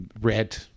red